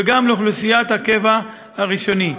וגם לאוכלוסיית הקבע הראשוני.